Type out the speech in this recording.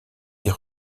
est